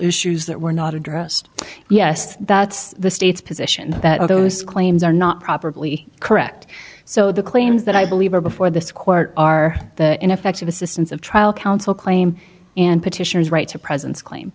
issues that were not addressed yes that's the state's position that all those claims are not properly correct so the claims that i believe are before this court are that ineffective assistance of trial counsel claim and petitions right to presence claim